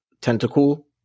Tentacle